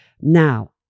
Now